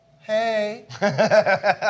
Hey